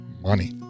money